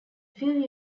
few